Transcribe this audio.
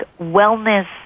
wellness